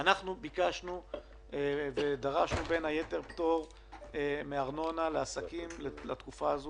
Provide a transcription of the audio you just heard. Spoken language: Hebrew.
אנחנו ביקשנו ודרשנו בין היתר פטור מארנונה לעסקים לתקופה הזאת,